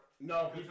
No